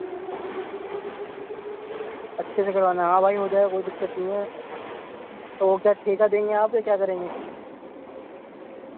اچھے سے کرانا ہاں بھائی ہو جائے کوئی دقت نہیں ہے تو وہ کیا ٹھیکا دیں گے آپ کیا کریں گے